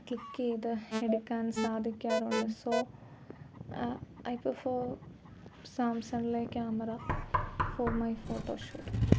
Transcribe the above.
click ചെയ്ത് എടുക്കാൻ സാധിക്കാറുണ്ട് സോ ഐ പ്രിഫർ സാംസങ്ങിലെ ക്യാമറ ഫോർ മൈ ഫോട്ടോഷൂട്ട്